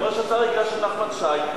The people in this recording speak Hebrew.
הוא אומר שיש הצעה רגילה של נחמן שי.